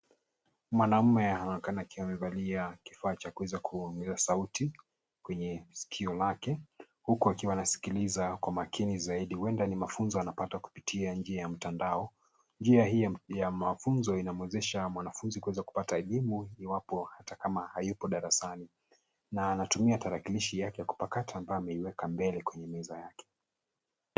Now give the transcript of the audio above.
Mwanaume anaonekana akiwa amevalia kifaa cha kuweza kuongeza sauti kwenye skio lake huku akiwa anaskiliza kwa makini zaidi huenda ni mafunzo anapata kupitia njia ya mtandao. Njia hii ya mafunzo inamwezesha mwanafunzi kuweza kupata elimu iwapo ata kama hayuko darasani. Na anatumia tarakilishi yake kupakata ambayo ameiweka mbele kwenye meza yake.